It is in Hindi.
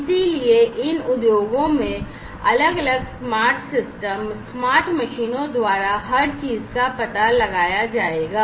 इसलिए इन उद्योगों में अलग अलग स्मार्ट सिस्टम स्मार्ट मशीनों द्वारा हर चीज का पता लगाया जाएगा